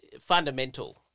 fundamental